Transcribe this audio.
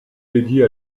dédiée